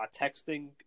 texting